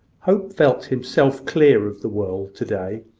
hope felt himself clear of the world to-day.